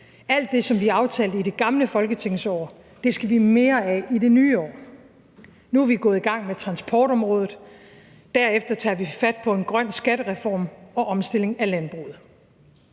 Alt det, som vi aftalte i det gamle folketingsår, skal vi have mere af i det nye år. Nu er vi gået i gang med transportområdet. Derefter tager vi fat på en grøn skattereform og en omstilling af landbruget.